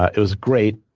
it was great.